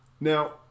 Now